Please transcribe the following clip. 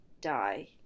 die